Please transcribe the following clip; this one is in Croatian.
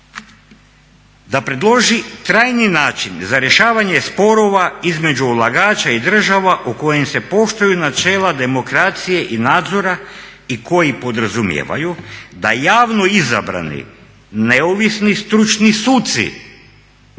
da predloži trajni način za rješavanje sporova između ulagača i država u kojim se poštuju načela demokracije i nadzora i koji podrazumijevaju da javno izabrani neovisni stručni suci